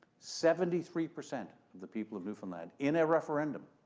seventy-three percent of the people of newfoundland, in a referendum